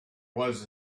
was